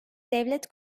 devlet